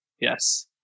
yes